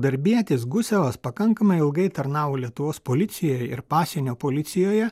darbietis gusevas pakankamai ilgai tarnavo lietuvos policijoje ir pasienio policijoje